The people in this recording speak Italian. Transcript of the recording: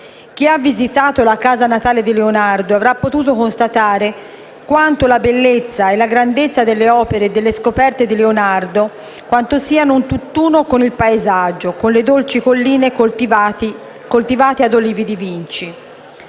Chi ha visitato la Casa natale di Leonardo avrà potuto constatare quanto la bellezza e la grandezza delle opere e delle scoperte di Leonardo siano un tutt'uno con il paesaggio, con le dolci colline coltivate ad olivi di Vinci.